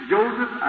Joseph